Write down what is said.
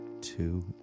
two